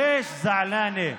למה אתה מדבר בערבית?